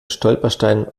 stolperstein